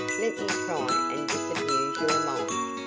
let me try and disabuse your mind.